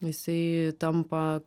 jisai tampa